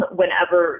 whenever